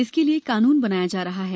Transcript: इसके लिए कानून बनाया जा रहा है